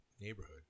neighborhood